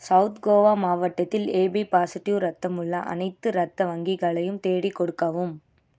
south Goa மாவட்டத்தில் AB positive இரத்தம் உள்ள அனைத்து இரத்த வங்கிகளையும் தேடிக் கொடுக்கவும்